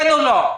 כן או לא?